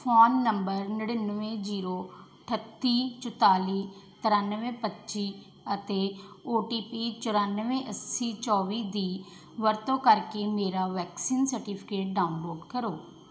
phone number ਨੜਿਨਵੇਂ zero ਅਠੱਤੀ ਚੁਤਾਲੀ ਤਰਾਨਵੇਂ ਪੱਚੀ ਅਤੇ ਓ ਟੀ ਪੀ ਚੁਰਾਨਵੇਂ ਅੱਸੀ ਚੌਵੀ ਦੀ ਵਰਤੋਂ ਕਰਕੇ ਮੇਰਾ ਵੈਕਸੀਨ ਸਰਟੀਫਿਕੇਟ ਡਾਊਨਲੋਡ ਕਰੋ